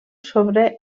sobre